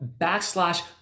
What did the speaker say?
backslash